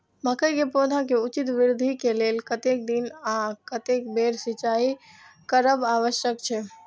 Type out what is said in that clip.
मके के पौधा के उचित वृद्धि के लेल कतेक दिन आर कतेक बेर सिंचाई करब आवश्यक छे?